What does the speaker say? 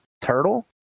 turtle